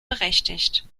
berechtigt